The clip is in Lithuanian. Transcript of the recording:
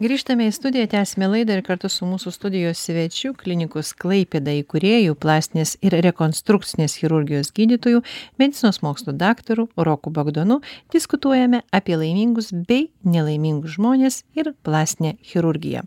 grįžtame į studiją tęsėme laidą ir kartu su mūsų studijos svečių klinikos klaipėda įkūrėjų plastinės ir rekonstrukcinės chirurgijos gydytoju medicinos mokslų daktaru roku bagdonu diskutuojame apie laimingus bei nelaimingus žmones ir plastinę chirurgiją